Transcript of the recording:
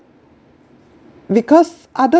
because other